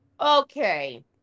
okay